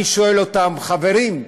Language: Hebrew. אני שואל אותם: חברים,